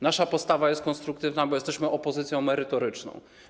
Nasza postawa jest konstruktywna, bo jesteśmy opozycją merytoryczną.